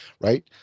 right